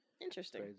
Interesting